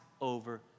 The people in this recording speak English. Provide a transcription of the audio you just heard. over